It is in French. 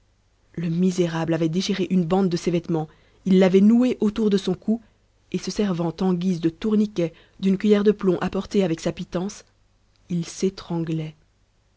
le misérable avait déchiré une bande de ses vêtements il l'avait nouée autour de son cou et se servant en guise de tourniquet d'une cuiller de plomb apportée avec sa pitance il s'étranglait